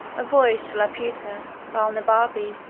a voyage to laputa, balnibarbi,